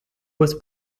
was